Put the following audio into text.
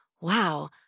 wow